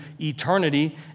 eternity